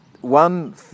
one